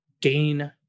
gain